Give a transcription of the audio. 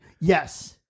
Yes